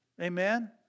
Amen